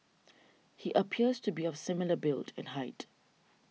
he appears to be of similar build and height